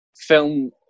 film